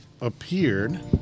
appeared